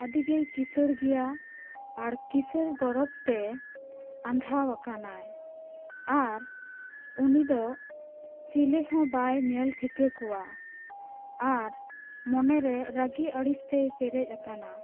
ᱟᱹᱰᱤ ᱜᱮᱭ ᱠᱤᱥᱟᱹᱲ ᱜᱮᱭᱟ ᱟᱨ ᱠᱤᱥᱟᱹᱲ ᱜᱚᱨᱚᱵᱽ ᱛᱮ ᱟᱸᱫᱷᱟ ᱟᱠᱟᱱᱟ ᱟᱨ ᱩᱱᱤ ᱫᱚ ᱪᱤᱞᱤ ᱦᱚᱸ ᱵᱟᱭ ᱧᱮᱞ ᱴᱷᱤᱠᱟᱹ ᱠᱚᱣᱟ ᱟᱨ ᱢᱚᱱᱮ ᱨᱮ ᱨᱟᱹᱜᱤ ᱟᱹᱲᱤᱥ ᱛᱮᱭ ᱯᱮᱨᱮᱡ ᱟᱠᱟᱱᱟ